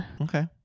Okay